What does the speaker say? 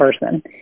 person